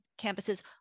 campuses